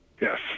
Yes